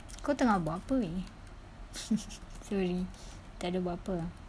kau tengah buat apa wei sorry tak ada buat apa ah